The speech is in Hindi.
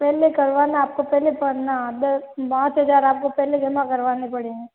पहले करवाना आपको पहले करना आप दस पाँच हज़ार आपको पहले करना करवाने पड़ेंगे